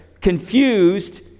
confused